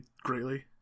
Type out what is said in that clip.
greatly